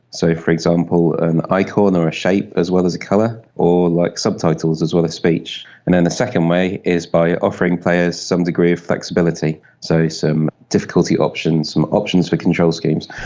so, for example, an icon or a shape as well as a colour, or like subtitles as well as speech. and then the second way is by offering players some degree of flexibility, so some difficulty options, options for control schemes.